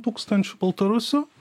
tūkstanč baltarusių